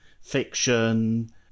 fiction